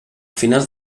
finals